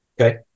Okay